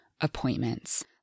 appointments